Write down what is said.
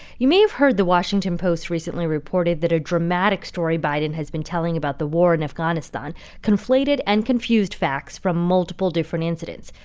you may have heard, the washington post recently reported, that a dramatic story biden has been telling about the war in afghanistan conflated and confused facts from multiple different incidents.